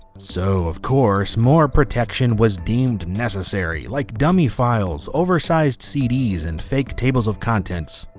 so, of course more protection was deemed necessary, like dummy files over sized cd's and fake tables of contents.